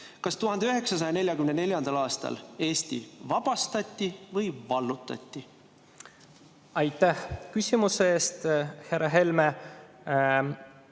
Kas 1944. aastal Eesti vabastati või vallutati? Aitäh küsimuse eest, härra Helme!